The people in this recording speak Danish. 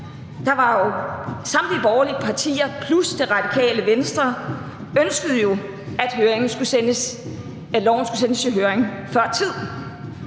var færdig. Samtlige borgerlige partier plus Det Radikale Venstre ønskede jo, at loven skulle sendes i høring før tid,